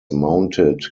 mounted